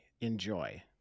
enjoy